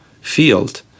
field